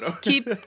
keep